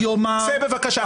אני אומר --- צא בבקשה.